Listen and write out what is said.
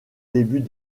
début